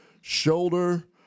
shoulder